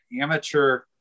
amateur